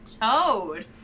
toad